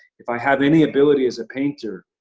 if i have any ability as a painter,